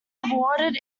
awarded